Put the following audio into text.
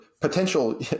potential